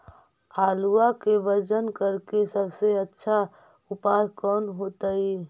आलुआ के वजन करेके सबसे अच्छा उपाय कौन होतई?